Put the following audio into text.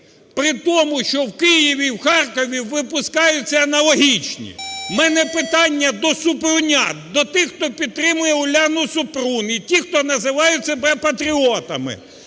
при тому що в Києві і Харкові випускаються аналогічні. В мене питання до "супрунят", до тих, хто підтримує Уляну Супрун і тих, хто називає себе патріотами.